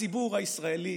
הציבור הישראלי